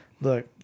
look